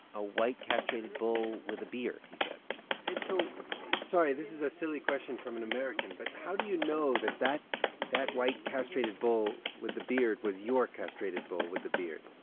a white, castrated bull with a beard, he says and so sorry, this is a silly question from an american but how do you know that that that white, castrated bull with the beard was your castrated bull with the beard?